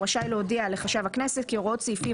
הוא רשאי להודיע לחשב הכנסת כי הוראות סעיפים